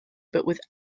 but